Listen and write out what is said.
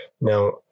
Now